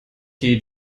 die